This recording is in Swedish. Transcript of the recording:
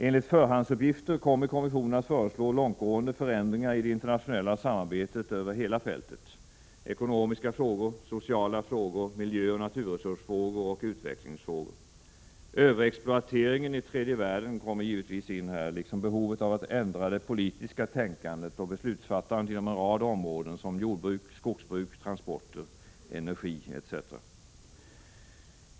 Enligt förhandsuppgifter kommer kommissionen att föreslå långtgående förändringar i det internationella samarbetet över hela fältet: ekonomiska frågor, sociala frågor, miljöoch naturresursfrågor och utvecklingsfrågor. Överexploateringen i tredje världen kommer givetvis in här, liksom behovet av att ändra det politiska tänkandet och beslutsfattandet inom en rad områden såsom jordbruk, skogsbruk transporter, energi etc.